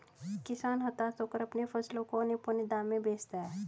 किसान हताश होकर अपने फसलों को औने पोने दाम में बेचता है